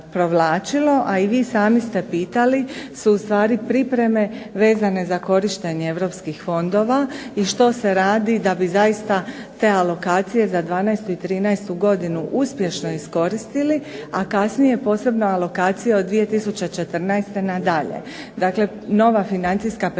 a i vi sami ste pitali su u stvari pripreme vezane za korištenje europskih fondova i što se radi da bi zaista te alokacije za 12 i 13 godinu uspješno iskoristili, a kasnije posebno alokacije od 2014. na dalje. Dakle, nova financijska perspektiva